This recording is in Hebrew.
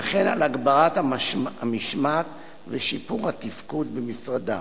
וכן על הגברת המשמעת ושיפור התפקוד במשרדם.